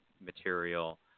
material